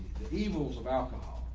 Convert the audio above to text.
the evils of alcohol.